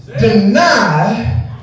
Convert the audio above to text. deny